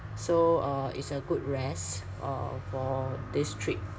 so uh it's a good rest uh for this trip